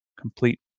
complete